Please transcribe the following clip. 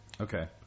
Okay